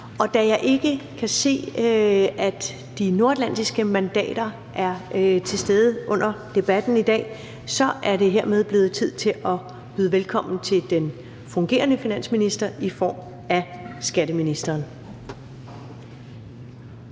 og da jeg ikke kan se, at de nordatlantiske mandater er til stede under debatten i dag, så er det hermed blevet tid til at byde velkommen til den fungerende finansminister i form af skatteministeren.